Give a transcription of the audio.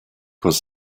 was